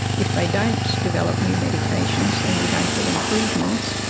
if they don't develop new medications then we don't get improvements,